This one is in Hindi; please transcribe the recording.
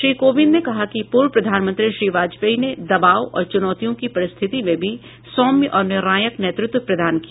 श्री कोविंद ने कहा कि पूर्व प्रधानमंत्री श्री वाजपेयी ने दबाव और चुनौतियों की परिस्थिति में भी सौम्य और निर्णायक नेतृत्व प्रदान किया